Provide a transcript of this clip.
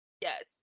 yes